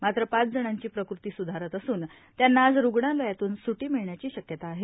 मात्र पाच जणांची प्रकृती सुधारत असून त्यांना आज रुग्णालयातून सुटी मिळण्याची शक्यता आहे